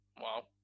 Wow